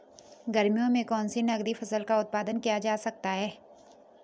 गर्मियों में कौन सी नगदी फसल का उत्पादन किया जा सकता है?